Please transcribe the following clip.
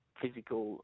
physical